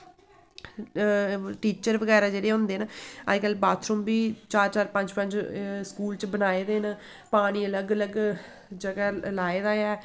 teacher बगैरा जेह्ड़े होंदे न अजकल्ल बाथरूम बी चार चार पंज पंज स्कूल च बनाए दे न पानी अलग अलग जगह् लाए दा ऐ